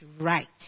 right